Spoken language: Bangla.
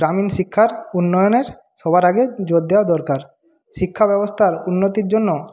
গ্রামীণ শিক্ষার উন্নয়নের সবার আগে জোর দেওয়া দরকার শিক্ষা ব্যবস্থার উন্নতির জন্য